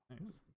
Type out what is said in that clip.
Nice